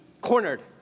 cornered